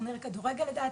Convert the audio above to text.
טורניר כדורגל לדעתי,